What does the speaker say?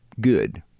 Good